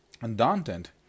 Undaunted